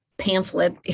Pamphlet